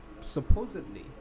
supposedly